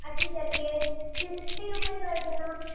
اچھا چلیے ففٹی روپے کر دینا